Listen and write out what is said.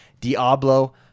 Diablo